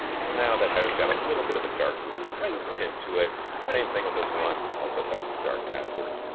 so now that has got a little bit of a dark blue tint to it. same thing with this one. i'll set that to dark azure.